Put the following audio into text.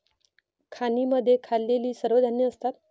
खाणींमध्ये खाल्लेली सर्व धान्ये असतात